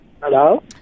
hello